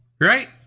right